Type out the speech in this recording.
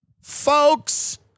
Folks